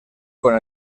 con